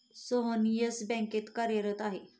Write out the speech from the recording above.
Sohan Yes बँकेत कार्यरत आहे